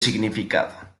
significado